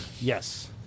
Yes